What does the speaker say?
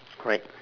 alright